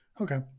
Okay